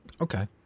Okay